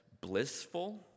blissful